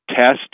test